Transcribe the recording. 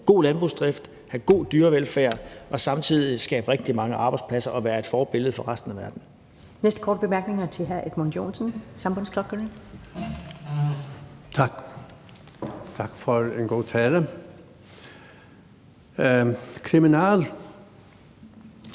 god landbrugsdrift, have god dyrevelfærd og samtidig skabe rigtig mange arbejdspladser og være et forbillede for resten af verden.